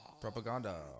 Propaganda